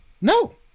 No